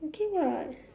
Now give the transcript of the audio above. okay [what]